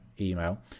email